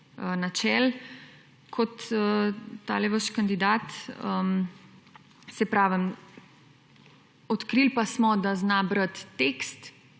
načel kot tale vaš kandidat. Saj pravim, odkrili pa smo, da zna brati tekst,